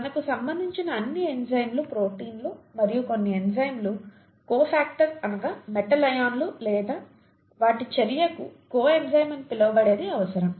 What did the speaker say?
మనకు సంబంధించిన అన్ని ఎంజైమ్లు ప్రోటీన్లు మరియు కొన్ని ఎంజైమ్లు కోఫాక్టర్ అనగా మెటల్ అయాన్లు లేదా వాటి చర్యకు కో ఎంజైమ్ అని పిలవబడేది అవసరం